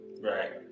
Right